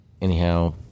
anyhow